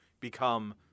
become